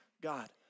God